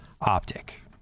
Optic